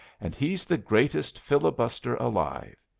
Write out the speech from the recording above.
and he's the greatest filibuster alive.